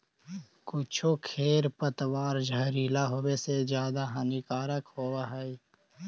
कुछो खेर पतवार जहरीला होवे से ज्यादा हानिकारक होवऽ हई